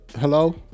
hello